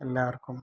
എല്ലാവർക്കും